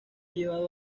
llevado